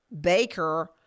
baker